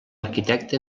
arquitecte